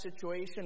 situation